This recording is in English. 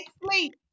sleep